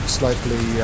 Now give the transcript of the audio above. slightly